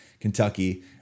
Kentucky